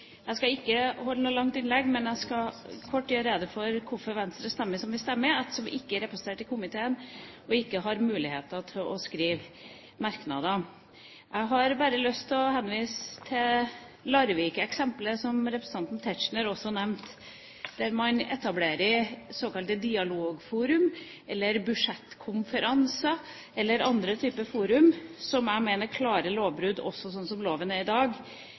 Jeg skal ikke holde noe langt innlegg, men jeg skal kort gjøre rede for hvorfor Venstre stemmer som vi stemmer, ettersom vi ikke er representert i komiteen og ikke har muligheter til å skrive merknader. Jeg har bare lyst til å henvise til Larvik-eksemplet, som representanten Tetzschner også nevnte. Der har man etablert såkalte dialogforum eller budsjettkonferanse eller andre typer fora som jeg mener er klare lovbrudd, også slik loven er i dag,